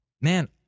Man